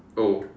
oh